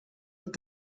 with